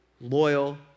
loyal